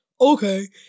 okay